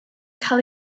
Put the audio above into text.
cael